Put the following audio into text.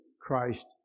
Christ